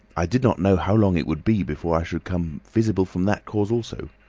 i did not know how long it would be before i should become visible from that cause also.